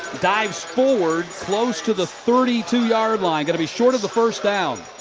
dives forward, close to the thirty two yard line. going to be short of the first down.